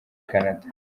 canada